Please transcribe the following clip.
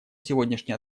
сегодняшние